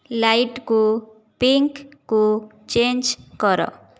ଲାଇଟ୍କୁ ପିଙ୍କକୁ ଚେଞ୍ଜ କର